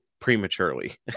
prematurely